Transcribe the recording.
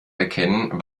erkennen